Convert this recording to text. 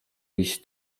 iść